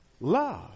Love